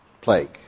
plague